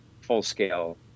full-scale